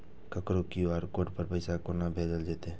ककरो QR code पर पैसा कोना भेजल जेतै?